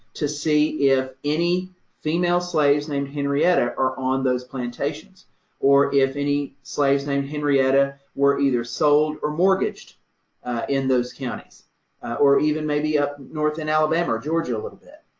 to see if any female slaves named henrietta are on those plantations or if any slaves named henrietta were either sold or mortgaged in those counties or even maybe up north in alabama or georgia a little bit,